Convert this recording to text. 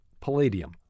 palladium